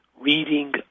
reading